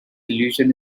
illusion